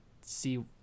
see